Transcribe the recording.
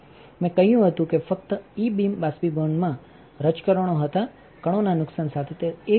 i મેં કહ્યું હતું કે ફક્ત ઇ બીમ બાષ્પીભવનમાં રજકણો હતા કણોના નુકસાન સાથે શક્ય તે એક પ્રકારનું શક્ય છે